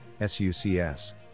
sucs